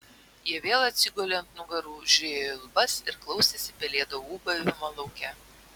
jie vėl atsigulė ant nugarų žiūrėjo į lubas ir klausėsi pelėdų ūbavimo lauke